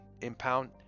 impound